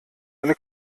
eine